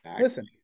listen